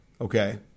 Okay